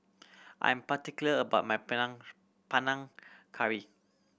I'm particular about my Panang Curry